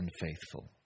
unfaithful